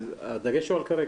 הדגש הוא על כרגע.